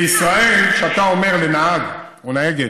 בישראל, כשאתה אומר לנהג או נהגת,